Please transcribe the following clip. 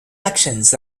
actions